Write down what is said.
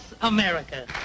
America